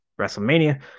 WrestleMania